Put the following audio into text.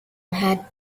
had